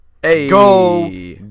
Go